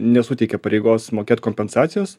nesuteikia pareigos mokėt kompensacijos